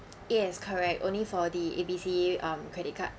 yes correct only for the A_B_C um credit card